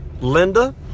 Linda